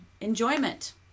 Enjoyment